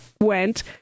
went